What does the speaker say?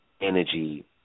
energy